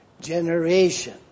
generation